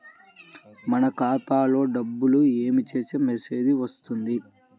మన ఖాతాలో డబ్బులు ఏమి చేస్తే మెసేజ్ వస్తుంది?